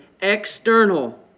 external